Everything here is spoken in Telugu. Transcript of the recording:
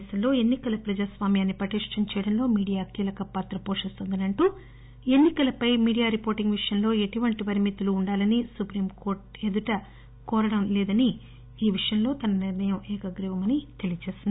దేశంలో ఎన్నికల ప్రజాస్వామ్యాన్ని పటిష్టం చేయడంలో మీడియా కీలకపాత్ర పోషిస్తోందని అంటూ ఎన్సి కలపై మీడియా రిపోర్టింగ్ విషయంలో ఎటువంటి పరిమితులు ఉండాలని సుప్రీంకోర్టు ఎదుట కోరడం లేదని ఈ విషయంలో తన నిర్ణయం ఏకగ్రీవమని తెలియజేసింది